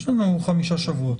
יש לנו חמישה שבועות.